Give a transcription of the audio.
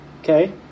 Okay